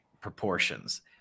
proportions